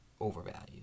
overvalued